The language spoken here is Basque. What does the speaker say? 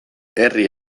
herri